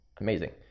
amazing